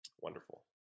Wonderful